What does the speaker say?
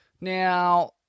Now